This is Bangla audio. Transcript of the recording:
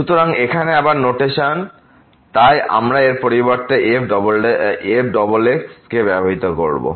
সুতরাং এখানে আবার নোটেশন তাই আমরা এর পরিবর্তে এই fxxকে ব্যাবহার করবো